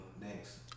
next